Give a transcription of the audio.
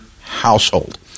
household